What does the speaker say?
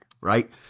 right